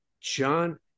John